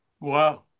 Wow